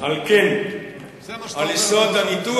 זה מה שאתה אומר,